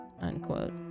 unquote